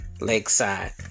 Lakeside